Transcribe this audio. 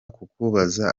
kukubaza